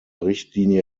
richtlinie